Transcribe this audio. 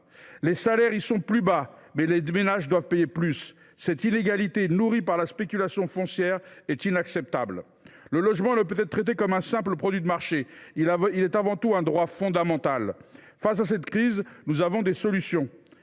Les salaires y sont moins élevés, mais les ménages doivent payer plus. Cette inégalité, nourrie par la spéculation foncière, est inacceptable. Le logement ne peut être traité comme un simple produit de marché. Il est avant tout un droit fondamental. Face à cette crise, nous avons des solutions.